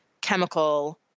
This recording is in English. chemical